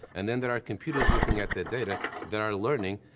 and then there are computers looking at that data that are learning,